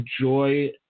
enjoy